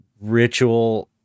ritual